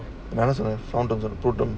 நான்தாசொல்லறேன்:naantha sollaren